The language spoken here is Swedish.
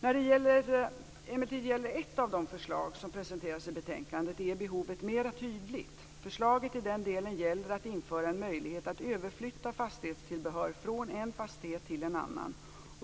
När det emellertid gäller ett av de förslag som presenteras i betänkandet är behovet mera tydligt. Förslaget i den delen gäller att införa en möjlighet att överflytta fastighetstillbehör från en fastighet till en annan.